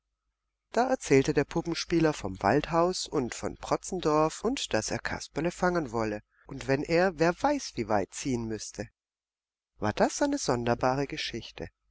da erzählte der puppenspieler vom waldhaus und von protzendorf und daß er kasperle fangen wolle und wenn er wer weiß wie weit ziehen müßte war das eine sonderbare geschichte